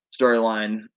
storyline